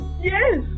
Yes